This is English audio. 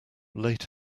late